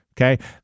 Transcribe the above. okay